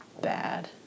bad